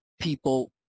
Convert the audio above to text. people